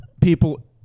people